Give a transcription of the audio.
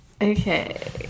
Okay